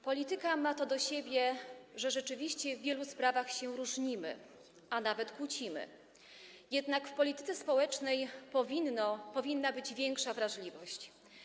Polityka ma to do siebie, że rzeczywiście w wielu sprawach się różnimy, a nawet kłócimy, jednak w polityce społecznej powinna być większa wrażliwość.